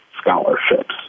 scholarships